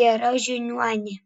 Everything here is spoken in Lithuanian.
gera žiniuonė